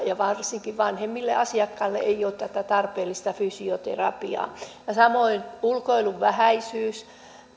ja varsinkin vanhemmille asiakkaille ei ole tätä tarpeellista fysioterapiaa ja samoin ulkoilun vähäisyys